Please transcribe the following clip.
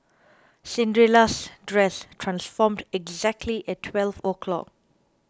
Cinderella's dress transformed exactly at twelve o' clock